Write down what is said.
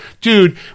dude